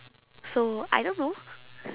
so I don't know